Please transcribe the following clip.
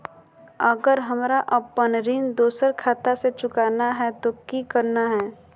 अगर हमरा अपन ऋण दोसर खाता से चुकाना है तो कि करना है?